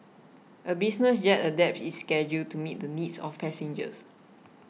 a business jet adapts its schedule to meet the needs of passengers